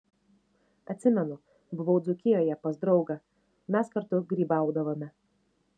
atsimenu buvau dzūkijoje pas draugą mes kartu grybaudavome